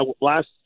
Last